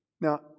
Now